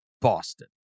Boston